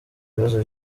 bibazo